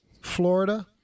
Florida